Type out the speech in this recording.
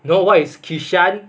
no what is kishan